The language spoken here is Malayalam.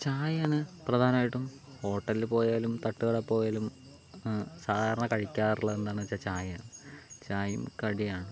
ചായയേണ് പ്രധാനായിട്ടും ഹോട്ടലിൽ പോയാലും തട്ടുകടയിൽ പോയാലും സാധാരണ കഴിക്കാറുള്ളത് എന്താന്ന് വച്ചാൽ ചായയാണ് ചായയും കടിയുമാണ്